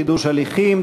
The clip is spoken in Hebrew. חידוש הליכים),